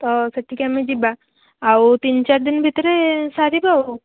ତ ସେଠିକି ଆମେ ଯିବା ଆଉ ତିନି ଚାରି ଦିନ ଭିତରେ ସାରିବା ଆଉ